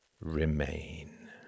remain